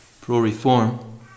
pro-reform